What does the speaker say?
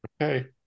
okay